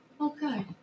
Okay